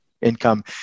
income